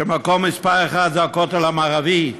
מקום מספר אחת זה הכותל המערבי,